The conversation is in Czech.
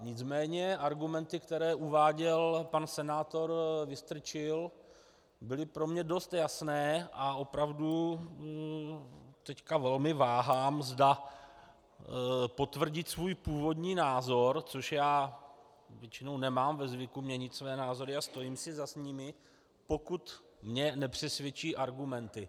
Nicméně argumenty, které uváděl pan senátor Vystrčil, byly pro mě dost jasné a opravdu teď velmi váhám, zda potvrdit svůj původní názor což většinou nemám ve zvyku měnit své názory a stojím si za nimi, pokud mě nepřesvědčí argumenty.